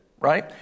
right